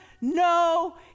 no